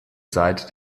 seite